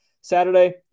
Saturday